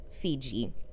Fiji